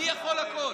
אני יכול הכול.